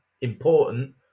important